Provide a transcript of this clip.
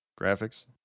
Graphics